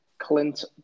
Clint